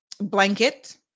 blanket